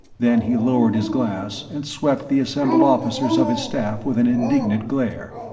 then he lowered his glass and swept the assembled officers of his staff with an indignant glare.